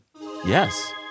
Yes